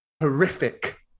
Horrific